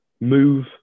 move